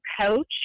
coach